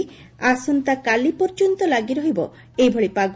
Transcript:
ଆସନ୍ତାକାଲି ପର୍ଯ୍ୟନ୍ତ ଲାଗି ରହିବ ଏଭଳି ପାଗ